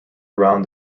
around